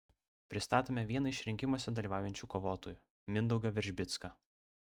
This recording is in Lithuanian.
pristatome vieną iš rinkimuose dalyvaujančių kovotojų mindaugą veržbicką